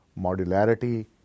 modularity